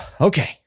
okay